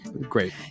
Great